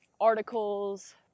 articles